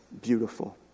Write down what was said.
beautiful